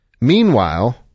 Meanwhile